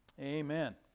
Amen